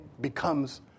becomes